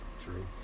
True